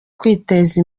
kwiteza